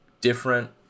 Different